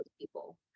people